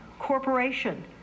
corporation